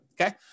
okay